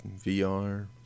vr